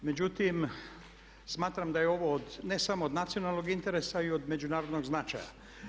Međutim, smatram da je ovo od ne samo nacionalnog interesa i od međunarodnog značaja.